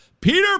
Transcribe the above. Peter